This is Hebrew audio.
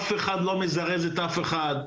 אף אחד לא מזרז את אף אחד.